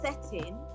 setting